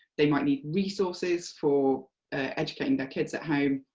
they might need resources for educating their kids at home.